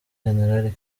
jenerali